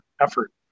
effort